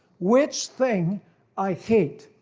which thing i hate.